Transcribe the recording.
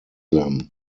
them